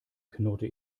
knurrte